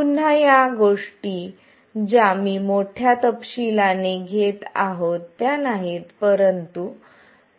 पुन्हा या गोष्टी ज्या मी मोठ्या तपशिलाने घेत आहेत त्या नाहीत परंतु